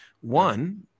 One